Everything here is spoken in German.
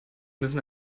müssen